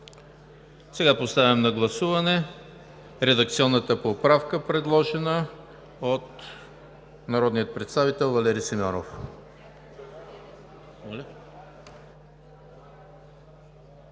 приема. Поставям на гласуване редакционната поправка, предложена от народния представител Валери Симеонов.